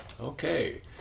Okay